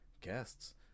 guests